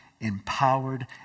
empowered